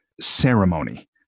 ceremony